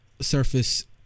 surface